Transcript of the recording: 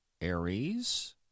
Aries